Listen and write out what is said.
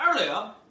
earlier